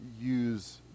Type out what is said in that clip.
use